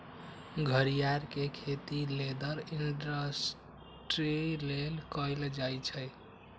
घरियार के खेती लेदर इंडस्ट्री लेल कएल जाइ छइ